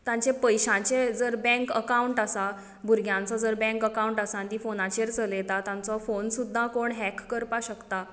तांचे पयश्यांचे जर बँक अकावंट आसा भुरग्यांचो जर बँक अकावंट आसा आनी तीं फोनाचेर चलयतात तांचो फोन सुद्दां कोण हॅक करपाक शकतात